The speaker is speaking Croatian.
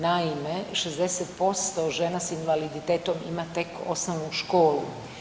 Naime, 60% žena sa invaliditetom ima tek osnovnu školu.